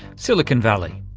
silicon valley.